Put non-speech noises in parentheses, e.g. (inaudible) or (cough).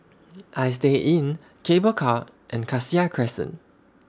(noise) Istay Inn Cable Car and Cassia Crescent